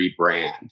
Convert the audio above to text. rebrand